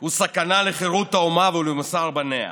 הוא סכנה לחירות האומה ולמוסר בניה.